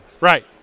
Right